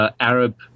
Arab